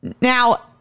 now